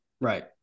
Right